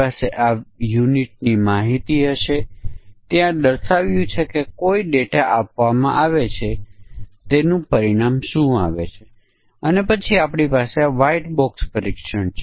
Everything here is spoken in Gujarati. સંદર્ભ પુસ્તક બહુવિધ વોલ્યુમ અને સિંગલ વોલ્યુમ આ આપણાં સમકક્ષ વર્ગ છે